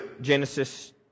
Genesis